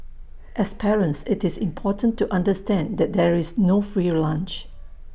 as parents IT is important to understand that there is no free lunch